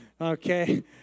Okay